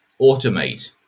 automate